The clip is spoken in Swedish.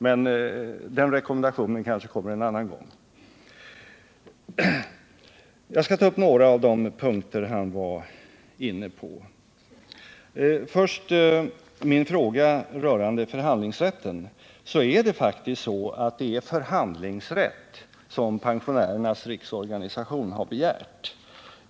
Men den rekommendationen kanske kommer en annan gång. Jag skall ta upp några av de punkter socialministern var inne på, först min fråga rörande förhandlingsrätten. Det är faktiskt förhandlingsrätt som Pensionärernas riksorganisation har begärt.